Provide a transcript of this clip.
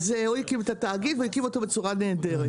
אז הוא הקים את התאגיד והוא הקים אותו בצורה נהדר,